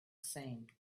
seen